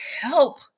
help